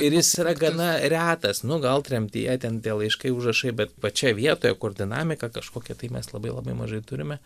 ir jis yra gana retas nu gal tremtyje ten tie laiškai užrašai bet pačioj vietoje kur dinamika kažkokia tai mes labai labai mažai turime